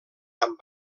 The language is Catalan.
amb